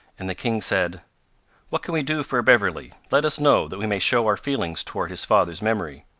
and the king said what can we do for a beverley? let us know, that we may show our feelings toward his father's memory.